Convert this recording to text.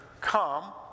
come